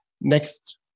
next